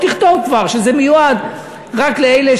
תכתוב כבר שזה מיועד רק לאלה,